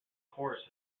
chorus